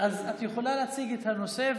אז את יכולה להציג את הנושא,